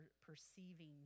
perceiving